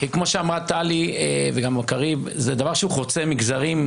כמו שאמרו טלי וקריב, זה דבר שהוא חוצה מגזרים.